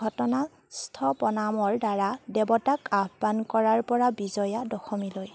ঘটনা স্থপনামৰ দ্বাৰা দেৱতাক আহ্বান কৰাৰ পৰা বিজয়া দশমীলৈ